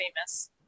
famous